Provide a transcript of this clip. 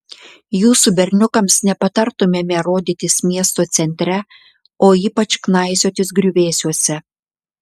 jūsų berniukams nepatartumėme rodytis miesto centre o ypač knaisiotis griuvėsiuose